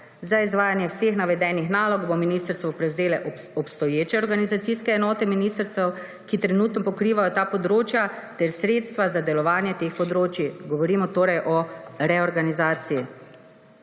Za izvajanje vseh navedenih nalog bodo ministrstvo prevzele obstoječe organizacijske enote ministrstev, ki trenutno pokrivajo ta področja, ter sredstva za delovanje teh področij. Govorim torej o reorganizaciji.